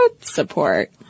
support